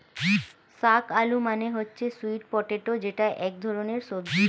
শাক আলু মানে হচ্ছে স্যুইট পটেটো যেটা এক ধরনের সবজি